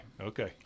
Okay